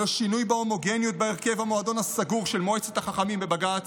ללא שינוי בהומוגניות בהרכב המועדון הסגור של מועצת החכמים בבג"ץ,